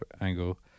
angle